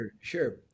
sure